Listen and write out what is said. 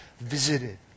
visited